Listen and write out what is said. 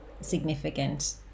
significant